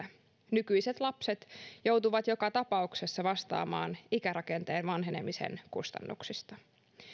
nykyiset lapset joutuvat joka tapauksessa vastaamaan ikärakenteen vanhenemisen kustannuksista